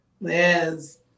Yes